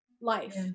life